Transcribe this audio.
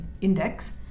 index